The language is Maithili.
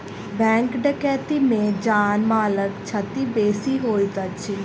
बैंक डकैती मे जान मालक क्षति बेसी होइत अछि